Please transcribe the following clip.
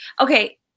okay